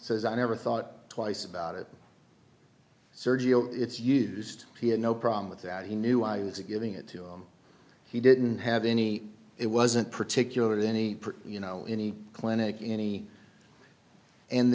says i never thought twice about it sergio it's used he had no problem with that he knew i was giving it to him he didn't have any it wasn't particular to any you know any clinic any and